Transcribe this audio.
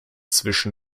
zwischen